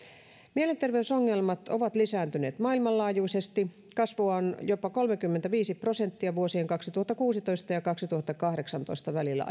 mielenterveysongelmat ovat lisääntyneet maailmanlaajuisesti kasvua on jopa kolmekymmentäviisi prosenttia vuosien kaksituhattakuusitoista ja kaksituhattakahdeksantoista välillä